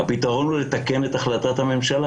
הפתרון הוא לתקן את החלטת הממשלה